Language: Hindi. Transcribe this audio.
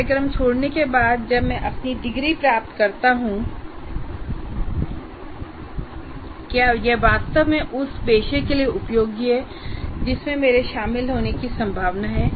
कार्यक्रम छोड़ने के बाद जब मैं अपनी डिग्री प्राप्त करता हूं डिग्री प्राप्त करने के लिए यह आवश्यक है क्या यह वास्तव में उस पेशे के लिए उपयोगी है जिसमें मेरे शामिल होने की संभावना है